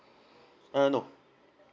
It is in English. uh no